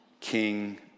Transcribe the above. king